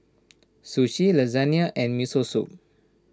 Sushi Lasagna and Miso Soup